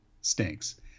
stinks